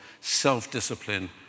self-discipline